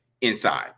inside